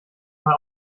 mal